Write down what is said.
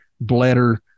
bladder